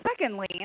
Secondly